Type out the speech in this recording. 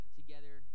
together